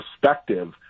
perspective